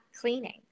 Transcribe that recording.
cleaning